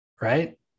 right